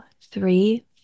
three